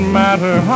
matter